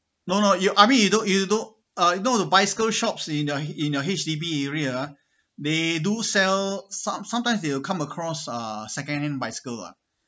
no no you I mean you don't you don't uh you know the bicycle shops in your in your H_D_B area ah they do sell some sometimes they will come across uh secondhand bicycle ah